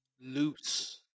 Loose